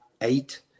eight